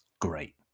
Great